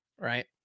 right